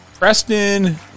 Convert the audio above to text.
Preston